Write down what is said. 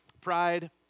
Pride